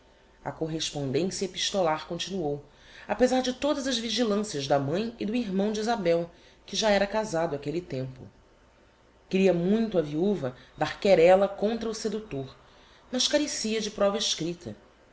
a correspondencia epistolar continuou apesar de todas as vigilancias da mãi e do irmão de isabel que já era casado áquelle tempo queria muito a viuva dar querela contra o seductor mas carecia de prova escripta